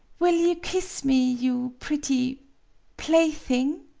will you kiss me, you pretty plaything!